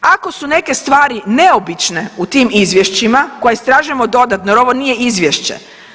Ako su neke stvari neobične u tim izvješćima koje istražujemo dodatno, jer ovo nije izvješće.